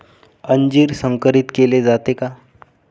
अंजीर संकरित केले जाते का?